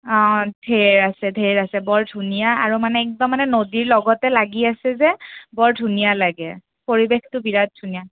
অঁ ঢেৰ আছে ঢেৰ আছে বৰ ধুনীয়া আৰু মানে একদম মানে নদীৰ লগতে লাগি আছে যে বৰ ধুনীয়া লাগে পৰিৱেশটো বিৰাট ধুনীয়া